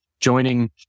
joining